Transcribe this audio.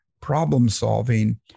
problem-solving